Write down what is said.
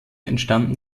entstanden